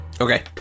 Okay